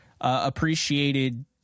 appreciated